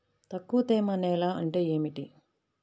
తక్కువ తేమ నేల అంటే ఏమిటి?